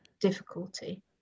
difficulty